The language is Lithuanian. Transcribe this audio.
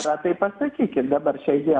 na tai pasakykit dabar šiai dienai